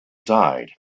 died